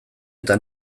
eta